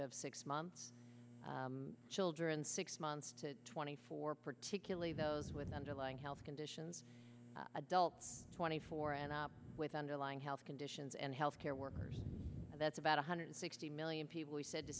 of six months children six months to twenty four particularly those with underlying health conditions adults twenty four and up with underlying health conditions and health care workers and that's about one hundred sixty million people he said the